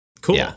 cool